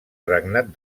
regnat